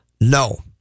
No